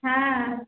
ହଁ